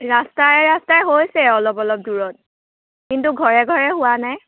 ৰাস্তাই ৰাস্তাই হৈছে অলপ অলপ দূৰত কিন্তু ঘৰে ঘৰে হোৱা নাই